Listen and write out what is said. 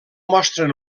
mostren